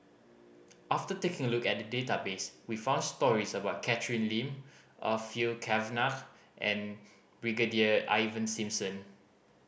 after taking a look at the database we found stories about Catherine Lim Orfeur Cavenagh and Brigadier Ivan Simson